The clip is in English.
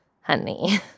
honey